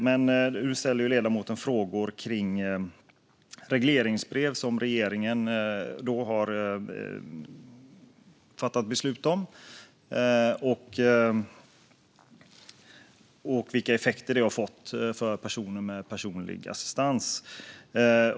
Men nu ställer ledamoten frågor om regleringsbrev som regeringen har fattat beslut om och om vilka effekter det har fått för personer med personlig assistans.